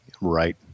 Right